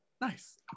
nice